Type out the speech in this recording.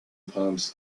pumps